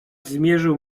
zmierzył